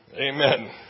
Amen